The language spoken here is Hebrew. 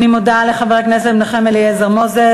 אני מודה לחבר הכנסת מנחם אליעזר מוזס.